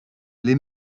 les